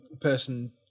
person